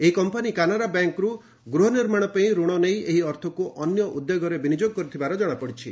ଏହି କମ୍ପାନୀ କାନାରା ବ୍ୟାଙ୍କ୍ରୁ ଗୃହ ନିର୍ମାଣ ପାଇଁ ରଣ ନେଇ ଏହି ଅର୍ଥକ୍ତ ଅନ୍ୟ ଉଦ୍ୟୋଗରେ ବିନିଯୋଗ କରିଥିବାର ଜଣାପଡ଼ିଛି